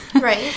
Right